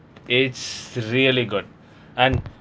it's really good and